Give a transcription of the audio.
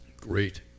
Great